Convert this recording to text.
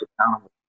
accountable